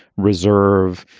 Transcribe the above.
reserve,